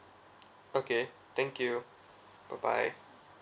okay thank you bye bye